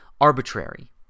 arbitrary